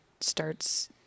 starts